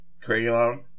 crayon